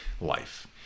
life